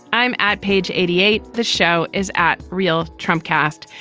i'm at page eighty eight. the show is at real trump cast.